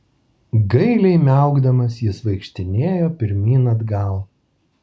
gailiai miaukdamas jis vaikštinėjo pirmyn atgal